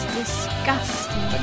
disgusting